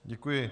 Děkuji.